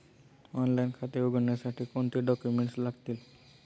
Online खाते उघडण्यासाठी कोणते डॉक्युमेंट्स लागतील?